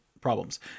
problems